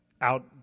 out